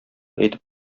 әйтеп